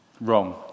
Wrong